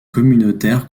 communautaire